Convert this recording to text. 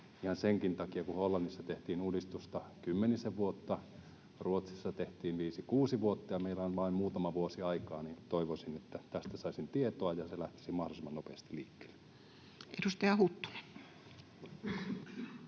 ihan senkin takia, kun Hollannissa tehtiin uudistusta kymmenisen vuotta, Ruotsissa tehtiin viisi kuusi vuotta ja meillä on vain muutama vuosi aikaa. Toivoisin, että tästä saisin tietoa ja se lähtisi mahdollisimman nopeasti liikkeelle. Edustaja Huttunen.